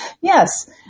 Yes